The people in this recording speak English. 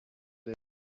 day